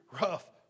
rough